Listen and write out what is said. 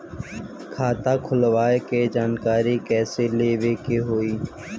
खाता खोलवावे के जानकारी कैसे लेवे के होई?